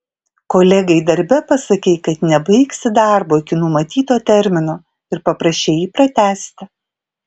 kolegai darbe pasakei kad nebaigsi darbo iki numatyto termino ir paprašei jį pratęsti